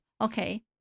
okay